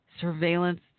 surveillance